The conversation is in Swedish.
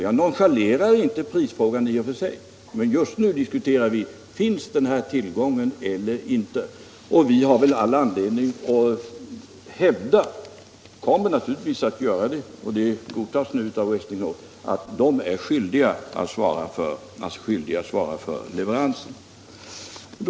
Jag nonchalerar inte prisfrågan i och för sig, men just nu diskuterar vi om den här tillgången finns eller inte. Vi har all anledning att hävda — och det godtas nu av Westinghouse — att företaget är skyldigt att svara för den leveransen.